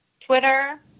Twitter